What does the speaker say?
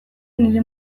nire